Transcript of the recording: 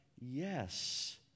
yes